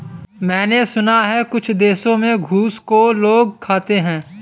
मैंने सुना है कुछ देशों में घोंघा को लोग खाते हैं